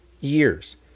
years